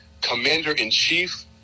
commander-in-chief